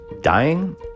dying